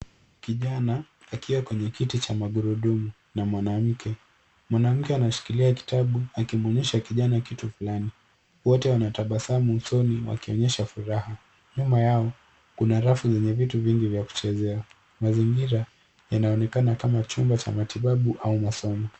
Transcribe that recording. Kijana akiwa kwenye kiti cha magurudumu na mwanamke. Mwanamke anashikilia kitabu akimuonyesha kijana kitu fulani. Wote wa tabasamu usoni wakionyesha furaha. Nyuma yao kuna rafu yenye vitu vingi vya kuchezea. Mazingira yanaonekana kama chumba cha matibabu au masomo.